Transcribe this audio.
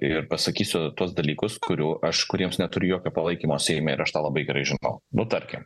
ir pasakysiu tuos dalykus kurių aš kuriems neturiu jokio palaikymo seime ir aš tą labai gerai žinau nu tarkim